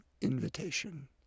invitation